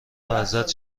ازت